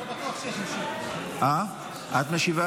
מוותרים על